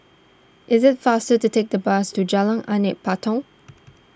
it is faster to take the bus to Jalan Anak Patong